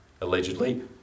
allegedly